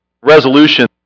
Resolution